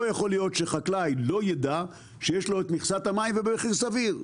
לא יכול להיות שחקלאי לא ידע שיש לו את מכסת המים במחיר סביר.